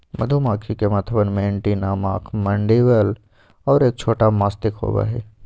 मधुमक्खी के मथवा में एंटीना आंख मैंडीबल और एक छोटा मस्तिष्क होबा हई